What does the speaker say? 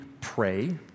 pray